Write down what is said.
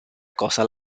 cosa